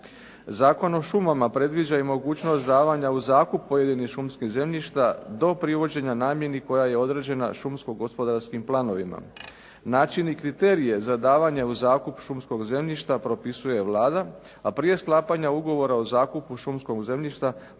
Zakon o šumama predviđa i mogućnost davanja u zakup pojedinih šumskih zemljišta do privođenja namjeni koja je određena šumsko-gospodarskim planovima. Način i kriterije za davanje u zakup šumskog zemljišta propisuje Vlada, a prije sklapanja ugovora o zakupu šumskog zemljišta